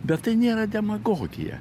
bet tai nėra demagogija